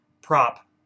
prop